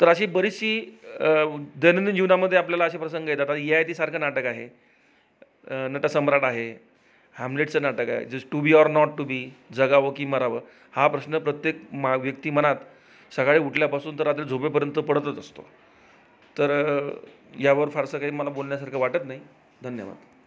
तर अशी बरीचशी दैनंदिन जीवनामध्ये आपल्याला असे प्रसंग येतात आता ययातीसारखं नाटक आहे नटसम्राट आहे हॅम्लेटचं नाटक आहे जस to be or not to be जगावं की मरावं हा प्रश्न प्रत्येक मा व्यक्ति मनात सकाळी उठल्यापासून ते रात्री झोपेपर्यंत पडतच असतो तर यावर फारसां काही मला बोलण्यासारखं वाटत नाही धन्यवाद